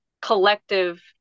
collective